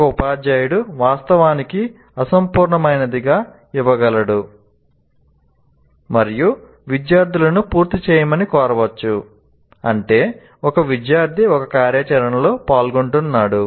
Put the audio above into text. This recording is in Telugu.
ఒక ఉపాధ్యాయుడు వాస్తవానికి అసంపూర్ణమైనదాన్ని ఇవ్వగలడు మరియు విద్యార్థులను పూర్తి చేయమని కోరవచ్చు అంటే ఒక విద్యార్థి ఒక కార్యాచరణలో పాల్గొంటున్నాడు